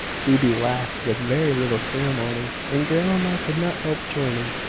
phoebe laughed with very little ceremony, and grandmamma could not help joining.